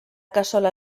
cassola